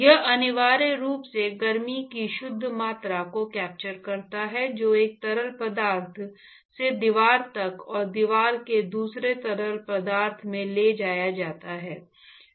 यह अनिवार्य रूप से गर्मी की शुद्ध मात्रा को कैप्चर करता है जो एक तरल पदार्थ से दीवार तक और दीवार से दूसरे तरल पदार्थ में ले जाया जाता है